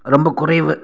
ரொம்ப குறைவு